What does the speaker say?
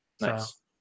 Nice